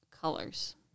colors